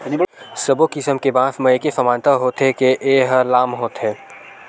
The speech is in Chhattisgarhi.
सब्बो किसम के बांस म एके समानता होथे के ए ह लाम होथे